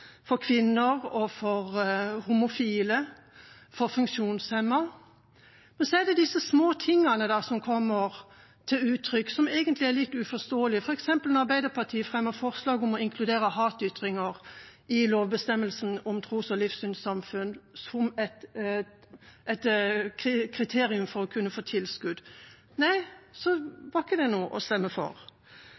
for kvinner, for homofile og for funksjonshemmede. Men så er det disse små tingene som kommer til uttrykk, og som egentlig er litt uforståelige. Når Arbeiderpartiet f.eks. fremmer forslag om å inkludere hatytringer i lovbestemmelsen om tros- og livssynssamfunn som et kriterium for å kunne få tilskudd, så er ikke det noe å stemme for.